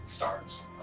Stars